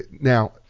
Now